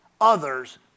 others